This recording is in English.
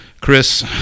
Chris